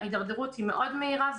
ההידרדרות היא מאוד מהירה,